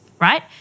right